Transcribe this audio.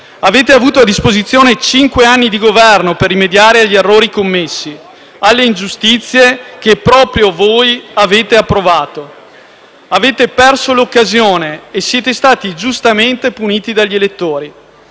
Avete avuto a disposizione cinque anni di Governo per rimediare agli errori commessi e alle ingiustizie che proprio voi avete approvato. Avete perso l'occasione e siete stati giustamente puniti dagli elettori.